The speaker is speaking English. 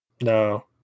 No